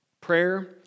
Prayer